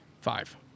five